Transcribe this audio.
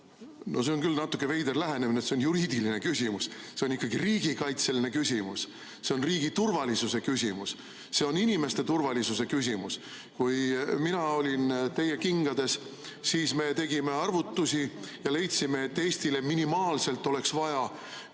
see on küll natuke veider lähenemine, et see on juriidiline küsimus. See on ikkagi riigikaitseline küsimus, see on riigi turvalisuse küsimus, see on inimeste turvalisuse küsimus. Kui mina olin teie kingades, siis me tegime arvutusi ja leidsime, et minimaalselt oleks